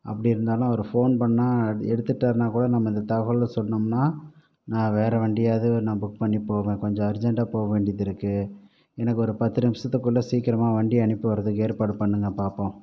அப்படி இருந்தாலும் அவர் ஃபோன் பண்ணால் எடுத்துட்டாருன்னா கூட நம்ம இந்த தகவல சொன்னோம்னா நான் வேறு வண்டியாது நான் புக் பண்ணி போவேன் கொஞ்சம் அர்ஜெண்ட்டா போக வேண்டியதிருக்கு எனக்கு ஒரு பத்து நிமிஷத்துக்குள்ளே சீக்கிரமா வண்டி அனுப்பி விட்டுறதுக்கு ஏற்பாடு பண்ணுங்க பார்ப்போம்